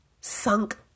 sunk